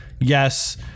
yes